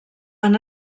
han